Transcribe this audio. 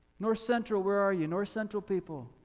north central where are you? north central people.